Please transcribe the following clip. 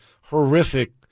horrific